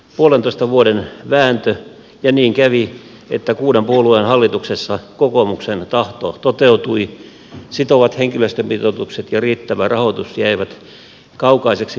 puolentoista vuoden vääntö ja niin kävi että kuuden puolueen hallituksessa kokoomuksen tahto toteutui sitovat henkilöstömitoitukset ja riittävä rahoitus jäivät kaukaiseksi kangastukseksi